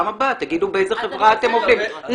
בפעם הבאה תגידו באיזה חברה אתם עובדים.